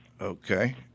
okay